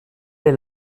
lès